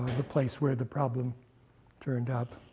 the place where the problem turned up.